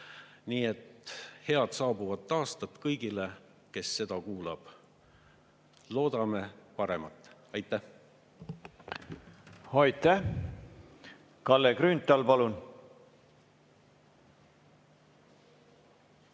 Nii et head saabuvat aastat kõigile, kes seda kuulab! Loodame paremat. Aitäh! Aitäh! Kalle Grünthal, palun!